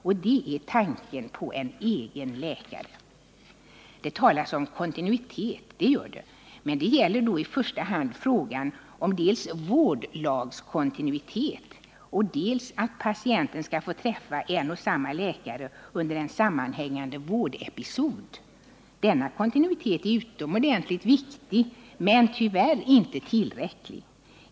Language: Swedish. Och det är tanken på en egen läkare. Det talas om kontinuitet, det gör det. Men det gäller då i första hand frågan om dels vårdlagskontinuitet och dels att patienten skall få träffa en och samma läkare under en sammanhängande vårdepisod. Denna kontinuitet är utomordentligt viktig men tyvärr inte tillräcklig.